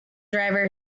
driver